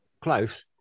close